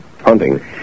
Hunting